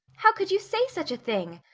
how could you say such a thing?